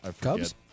Cubs